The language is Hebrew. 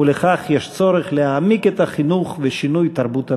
ולכן צריך להעמיק את החינוך ולהביא לשינוי תרבות הנהיגה,